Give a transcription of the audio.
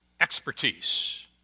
Expertise